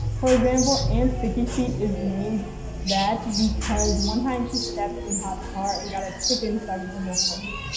for example, aunt sticky feet is named that because one time she stepped in hot tar and got a chicken stuck to her foot.